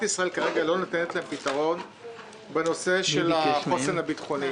ישראל כרגע לא נותנת להם פתרון בנושא החוסן הביטחוני,